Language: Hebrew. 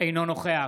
אינו נוכח